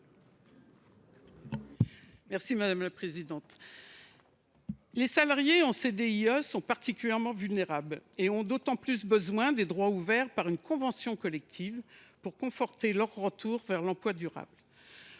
Mme Raymonde Poncet Monge. Les salariés en CDIE sont particulièrement vulnérables. Ils ont d’autant plus besoin des droits ouverts par une convention collective pour conforter leur retour vers l’emploi durable.